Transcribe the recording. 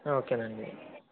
okay నండి